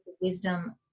wisdom